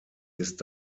ist